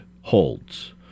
holds